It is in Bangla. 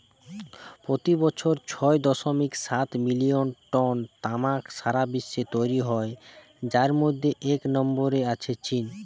পোতি বছর ছয় দশমিক সাত মিলিয়ন টন তামাক সারা বিশ্বে তৈরি হয় যার মধ্যে এক নম্বরে আছে চীন